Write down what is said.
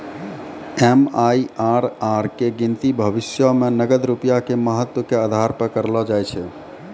MIRR के गिनती भविष्यो मे नगद रूपया के महत्व के आधार पे करलो जाय छै